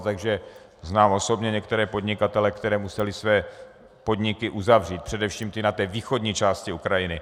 Znám osobně některé podnikatele, kteří museli své podniky uzavřít, především ty na východní části Ukrajiny.